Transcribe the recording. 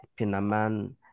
Pinaman